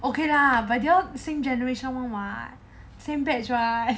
okay lah but they all same generation [one] [what] same batch [what]